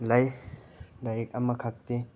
ꯂꯩ ꯂꯥꯏꯔꯤꯛ ꯑꯃꯈꯛꯇꯤ